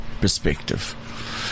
perspective